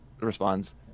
responds